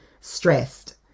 stressed